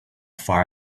far